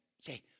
say